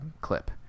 clip